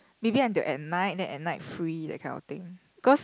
maybe until at night then at night free that kind of thing cause